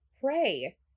pray